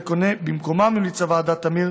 במקומן המליצה ועדת תמיר